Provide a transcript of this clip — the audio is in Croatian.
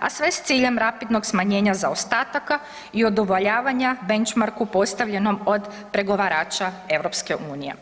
a sve s ciljem rapidnog smanjenja zaostataka i udovoljavanja Benchmarku postavljenom od pregovarača EU.